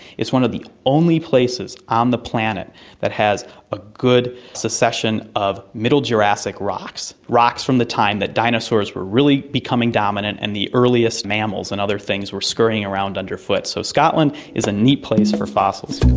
it's one of the only places on um the planet that has a good secession of middle jurassic rocks, rocks from the time that dinosaurs were really becoming dominant and the earliest mammals and other things were scurrying around underfoot. so scotland is a neat place for fossils.